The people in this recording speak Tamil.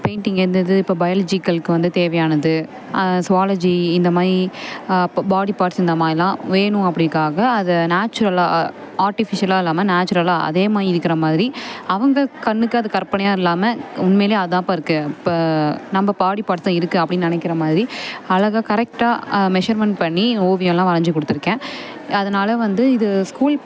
பெயிண்டிங் என்னது இப்போ பயாலஜிக்கலுக்கு வந்து தேவையானது ஸூவாலஜி இந்தமாதிரி இப்போ பாடி பார்ட்ஸ் இந்த மாதிரிலாம் வேணும் அப்படிக்காக அதை நேச்சுரலாக ஆர்ட்டிஃபிஷியலாக இல்லாமல் நேச்சுரலாக அதேமாதிரி இருக்கிற மாதிரி அவங்க கண்ணுக்கு அது கற்பனையாக இல்லாமல் உண்மையில் அதான்ப்பா இருக்கு இப்போ நம்ப பாடி பார்ட்ஸ் இருக்கு அப்படின் நினைக்கிற மாதிரி அழகா கரெக்டாக மெஸர்மெண்ட் பண்ணி ஓவியம் எல்லாம் வரஞ்சு கொடுத்துருக்கேன் அதனால வந்து இது ஸ்கூல்